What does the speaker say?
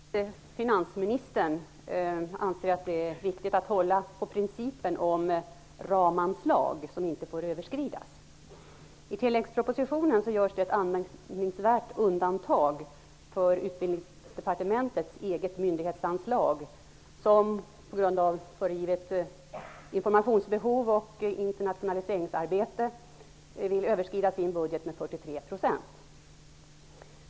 Herr talman! Jag antar att finansministern anser att det är viktigt att hålla på principen om att ramanslag inte får överskridas. I tilläggspropositionen görs det ett anmärkningsvärt undantag för Utbildningsdepartementets eget myndighetsanslag, som på grund av föregivet informationsbehov och internationaliseringsarbete vill överskrida sin budget med 43 %.